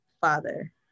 father